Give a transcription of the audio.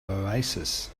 oasis